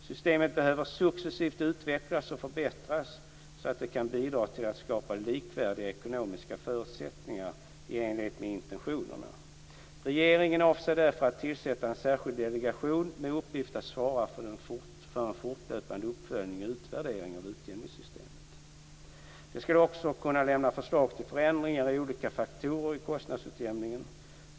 Systemet behöver successivt utvecklas och förbättras så att det kan bidra till att skapa likvärdiga ekonomiska förutsättningar i enlighet med intentionerna. Regeringen avser därför att tillsätta en särskild delegation med uppgift att svara för en fortlöpande uppföljning och utvärdering av utjämningssystemet. Den skall också kunna lämna förslag till förändringar i olika faktorer i kostnadsutjämningen.